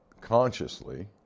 consciously